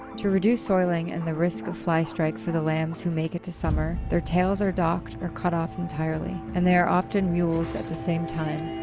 to reduce soiling and the risk of flystrike for the lambs who make it to summer, their tails are docked or cut off entirely, and they are often mulesed at the same time,